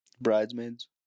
bridesmaids